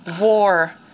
war